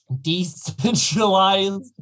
decentralized